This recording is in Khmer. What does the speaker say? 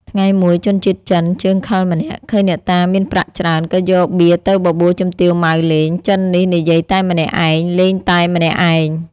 ថ្ងៃមួយ ជនជាតិចិនជើងខិលម្នាក់ ឃើញអ្នកតាមានប្រាក់ច្រើន ក៏យកបៀទៅបបួលជំទាវ ម៉ៅ លេង ចិននេះនិយាយតែម្នាក់ឯង លេងតែម្នាក់ឯង ។